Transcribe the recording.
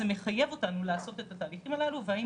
זה מחייב אותנו לעשות את התהליכים הללו והאם